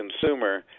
consumer